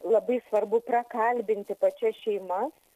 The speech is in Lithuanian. labai svarbu prakalbinti pačias šeimas